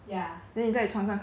then 你在床上看电话 ah